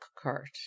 Cart